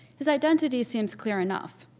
his identity seems clear enough.